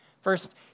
First